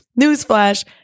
Newsflash